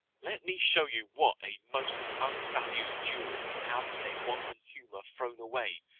let me show you what a most unvalu'd jewel you have in a wanton humour thrown away,